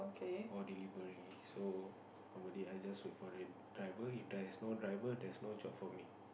or delivery so normally I just wait for a driver if there's no driver there's no job for me